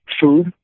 food